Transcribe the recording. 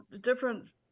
different